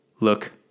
Look